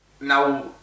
now